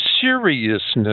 seriousness